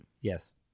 Yes